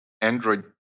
Android